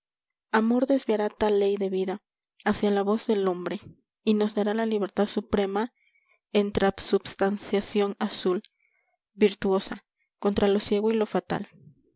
desviará tal ley de vida hacia la voz del hombre y nos dará la libertad suprema en transubstanciación azul virtuosa contra lo ciego y lo fatal